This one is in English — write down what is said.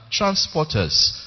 transporters